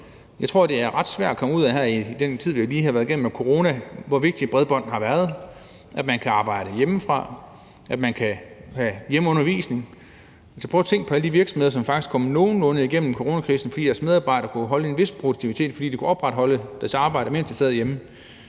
Jeg tror, det er ret svært at komme væk fra – nu har vi lige være meget igennem med corona – hvor vigtigt bredbånd har været, i forhold til at man kunne arbejde hjemmefra, at man kunne have hjemmeundervisning. Vi kan prøve at se på alle de virksomheder, som faktisk kom nogenlunde igennem coronakrisen, fordi deres medarbejdere kunne holde en vis produktivitet, fordi de kunne opretholde deres arbejde, mens de sad derhjemme.